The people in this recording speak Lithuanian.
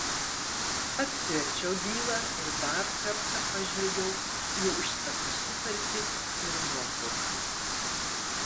atsiverčiau bylą ir dar kartą pažvelgiau į užstato sutartį ir nuotrauką